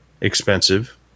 expensive